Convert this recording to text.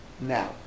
Now